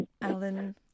alan